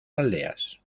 aldeas